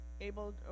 able